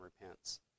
repents